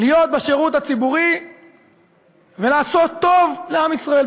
להיות בשירות הציבורי ולעשות טוב לעם ישראל.